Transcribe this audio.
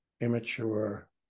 immature